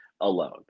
alone